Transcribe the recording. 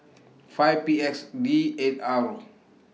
five P X D eight R